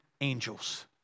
angels